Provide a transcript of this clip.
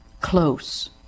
close